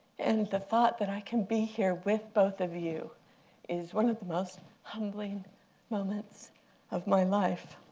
and the thought that i can be here with both of you is one of the most humbling moments of my life.